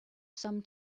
some